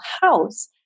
house